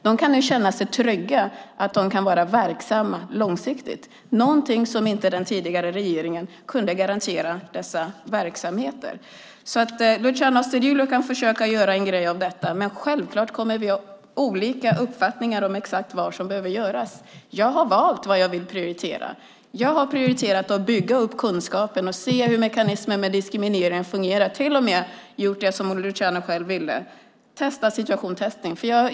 De kan nu känna sig trygga för att de kan vara verksamma långsiktigt. Det är någonting som inte den tidigare regeringen kunde garantera dessa verksamheter. Luciano Astudillo kan försöka göra en grej av detta, men vi kommer självfallet att ha olika uppfattningar om exakt vad som behöver göras. Jag har valt vad jag vill prioritera. Jag har prioriterat att bygga upp kunskapen och se hur mekanismer med diskriminering fungerar. Jag har till och med gjort det som Luciano själv ville, det vill säga testat situation testing.